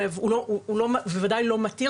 והוא בוודאי לא מתיר,